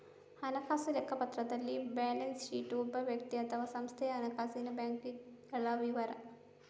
ಹಣಕಾಸು ಲೆಕ್ಕಪತ್ರದಲ್ಲಿ balance sheet ಒಬ್ಬ ವ್ಯಕ್ತಿ ಅಥವಾ ಸಂಸ್ಥೆಯ ಹಣಕಾಸಿನ ಬಾಕಿಗಳ ವಿವರ